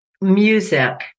music